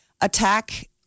attack